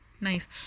Nice